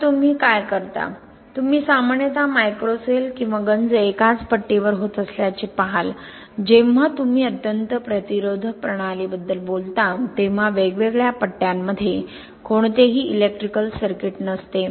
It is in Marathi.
तर तुम्ही काय करता तुम्ही सामान्यतः मायक्रोसेल किंवा गंज एकाच पट्टीवर होत असल्याचे पहाल जेव्हा तुम्ही अत्यंत प्रतिरोधक प्रणालीबद्दल बोलता तेव्हा वेगवेगळ्या पट्ट्यांमध्ये कोणतेही इलेक्ट्रिकल सर्किट नसते